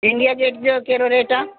India Gate जो कहिड़ो rate आहे